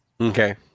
Okay